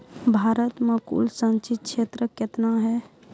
भारत मे कुल संचित क्षेत्र कितने हैं?